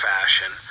fashion